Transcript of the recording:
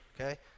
Okay